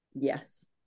Yes